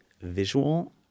visual